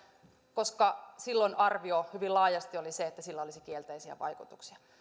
koska silloin arvio hyvin laajasti oli se että sillä olisi kielteisiä vaikutuksia